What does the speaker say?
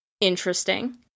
interesting